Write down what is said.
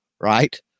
right